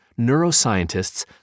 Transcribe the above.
neuroscientists